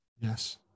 Yes